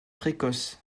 précoce